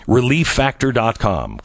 ReliefFactor.com